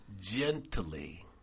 gently